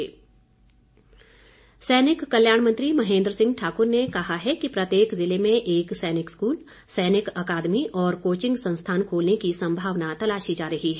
महेन्द्र सिंह सैनिक कल्याण मंत्री महेन्द्र सिंह ठाकुर ने कहा है कि प्रत्येक जिले में एक सैनिक स्कूल सैनिक अकादमी और कोचिंग संस्थान खोलने की संभावना तलाशी जा रही है